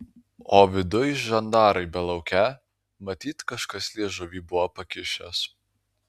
o viduj žandarai belaukią matyt kažkas liežuvį buvo pakišęs